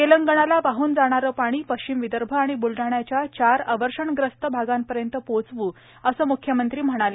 तेलंगणाला वाहून जाणारं पाणी पश्चिम विदर्भ आणि बुलडाण्याच्या चार अवर्षणग्रस्त भागांपर्यंत पोचवू असं मुख्यमंत्री म्हणाले